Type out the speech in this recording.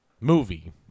movie